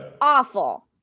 awful